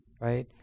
right